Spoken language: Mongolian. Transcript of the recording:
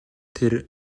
тэр